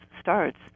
starts